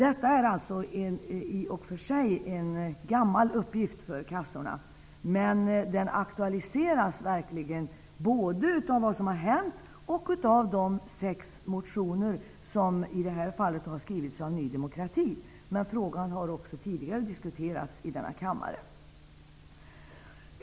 Detta är i och för sig en gammal uppgift för försäkringskassorna, men den aktualiseras verkligen både genom vad som har hänt och genom de sex motioner som i det här fallet har skrivits av Ny demokrati. Men frågan har också tidigare diskuterats i denna kammare.